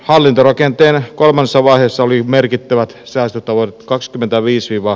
hallintorakenteen kolmannessa vaiheessa oli merkittävät säästötavoitteet